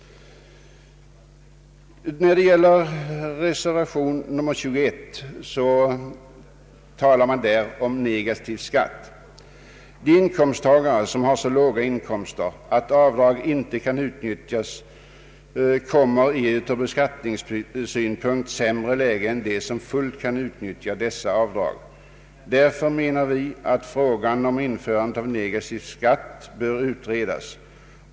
Reservation 21 gäller frågan om negativ skatt. De inkomsttagare som har så låga inkomster att avdrag inte kan utnyttjas kommer i ett ur beskattningssynpunkt sämre läge än de som fullt kan utnyttja dessa avdrag. Därför anser vi att frågan om negativ skatt bör utredas.